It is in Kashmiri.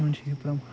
یمن چھ یہِ پر